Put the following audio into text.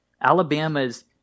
Alabama's